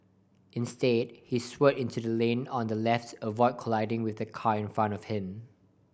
instead he swerved into the lane on the left avoid colliding with the car in front of him